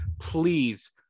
please